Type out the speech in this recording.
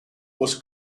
was